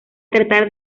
tratar